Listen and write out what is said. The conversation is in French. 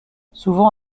souvent